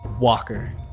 Walker